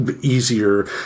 easier